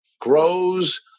grows